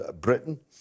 Britain